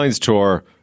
tour